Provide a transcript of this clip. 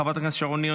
חברת הכנסת שרון ניר,